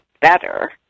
better